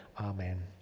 Amen